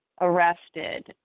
arrested